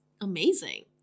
amazing